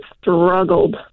struggled